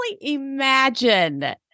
imagine